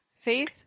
Faith